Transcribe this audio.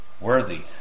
Worthy